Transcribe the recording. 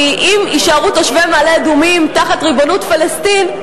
כי אם יישארו תושבי מעלה-אדומים תחת ריבונות פלסטין,